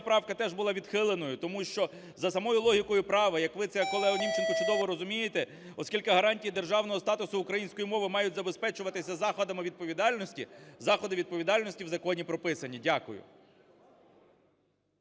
правка теж була відхиленою, тому що за самою логікою права, як ви це, колего Німченко, чудово розумієте, оскільки гарантії державного статусу української мови мають забезпечуватися заходами відповідальності, заходи відповідальності в законі прописані. Дякую.